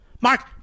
Mark